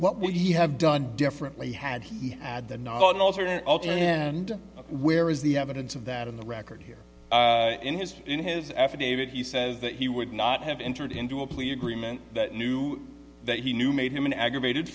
he have done differently had he had the knowledge altered and where is the evidence of that in the record here in his in his affidavit he says that he would not have entered into a plea agreement that knew that he knew made him an aggravated